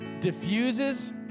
Diffuses